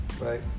Right